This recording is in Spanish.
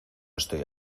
estoy